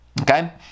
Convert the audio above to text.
okay